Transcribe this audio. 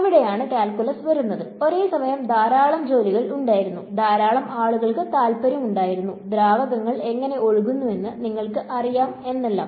അവിടെയാണ് കാൽക്കുലസ് വരുന്നത് ഒരേസമയം ധാരാളം ജോലികൾ ഉണ്ടായിരുന്നു ധാരാളം ആളുകൾക്ക് താൽപ്പര്യമുണ്ടായിരുന്നു ദ്രാവകങ്ങൾ എങ്ങനെ ഒഴുകുന്നുവെന്ന് നിങ്ങൾക്ക് അറിയാമോ എന്നെല്ലാം